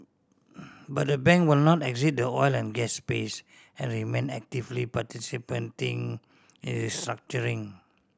but the bank will not exit the oil and gas space and remain actively participating in restructuring